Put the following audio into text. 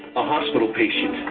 a hospital patient,